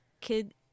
kid